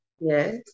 Yes